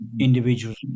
individuals